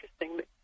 interesting